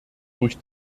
durch